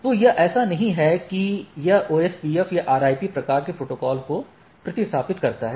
तो यह ऐसा नहीं है कि यह OSPF या RIP प्रकार के प्रोटोकॉल को प्रतिस्थापित करता है